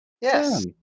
Yes